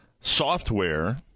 software